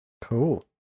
Cool